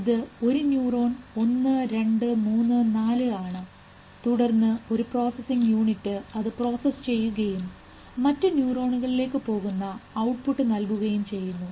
ഇത് ഒരു ന്യൂറോൺ 1234 ആണ് തുടർന്ന് ഒരു പ്രോസസ്സിംഗ് യൂണിറ്റ് അത് പ്രോസസ്സ് ചെയ്യുകയും മറ്റ് ന്യൂറോണുകളിലേക്ക് പോകുന്ന ഔട്ട്പുട്ട് നൽകുകയും ചെയ്യുന്നു